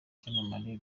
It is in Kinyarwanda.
cyamamare